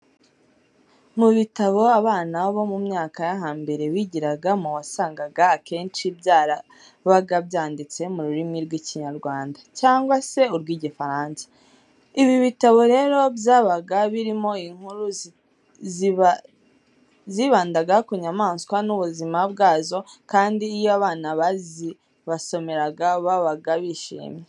Mu bitabo abana bo mu myaka yo hambere bigiragamo wasangaga akenshi byarabaga byanditse mu rurimi rw'Ikinyarwanda cyangwa se urw'Igifaransa. Ibi bitabo rero byabaga birimo inkuru zibandaga ku nyamaswa n'ubuzima bwazo kandi iyo abana bazibasomeraga babaga bishimwe.